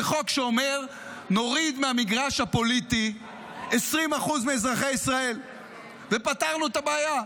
זה חוק שאומר: נוריד מהמגרש הפוליטי 20% מאזרחי ישראל ופתרנו את הבעיה.